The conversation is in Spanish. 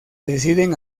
deciden